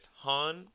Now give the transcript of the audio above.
Han